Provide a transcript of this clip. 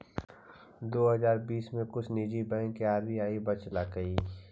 दो हजार बीस में कुछ निजी बैंकों को आर.बी.आई बचलकइ